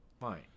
fine